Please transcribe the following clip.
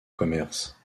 commerce